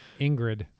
Ingrid